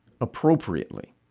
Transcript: appropriately